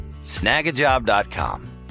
Snagajob.com